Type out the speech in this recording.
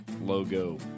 logo